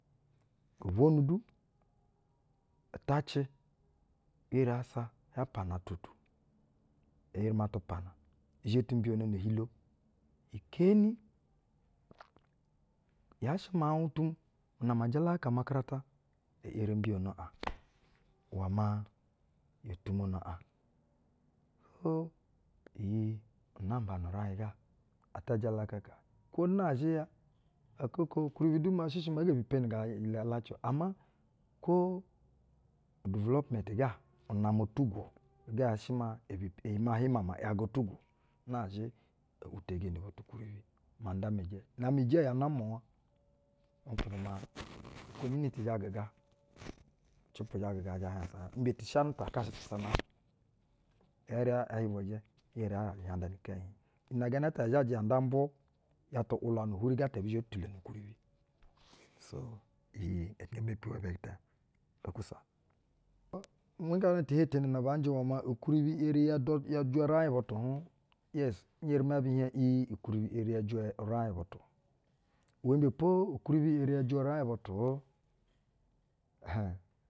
Gobwonu du, utaci eri as aba pana atwa tu. E eri ma tup ana izhɛ ti iyono no ohilo. Oke eni, yaa shɛ miauƞmu tu mu na ma jalakaka umakarata, e eri mbiyono aƞiwɛ maa yo tumono aƞ. So, iyi inambo nu-uraiƞga ata jalakaka. Kwo nazhɛ ya akak oko ukwuribi du maa shɛ shɛ maa ee ge bi peni iga, iga lacɛ o. Ama kwo udivilopment ga unama tugwo, igɛ shɛ maa ehi peni maa hi mama ‘yajɛ tugwo na zhɛ ehi teji tuhulo maa nda ma ijɛ. Na-amɛ ijɛ. Na-amɛ ijɛ yaa namwanwa, nkwubɛ ukwomiti zhɛ gɛga ushɛpwu zhɛ gɛga ɛ zhɛ hansa imbe itɛ shanɛ utakashɛ sasanaa? E eri ɛ hi vwɛjɛ, hi eri hia zhajɛ hia nda ni ikɛnyɛ hiƞ. inɛ gɛnɛ ɛtɛ yaa zhajɛ ya nda mbwuu ya tu ‘ulwanu yhwuri gɛtɛ bi zho tuleno ukwuribi. So, iyi nge mepi iwɛ bɛ tɛ. okwa sa. On ugana ti ihetene na baa njɛ iwɛ maa ukwuribi eri ya dwa, yɛ jwɛ uraiƞ butu hƞ? Yes. N eri mɛ bi hieƞ iiƞ ukwuribi eri yɛ jwɛ uraiƞbutu. Iwɛ imɛ po ukwuribi eri yɛ jwɛ uraiƞ butu.